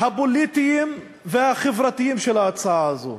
הפוליטיים והחברתיים של ההצעה הזאת.